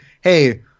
hey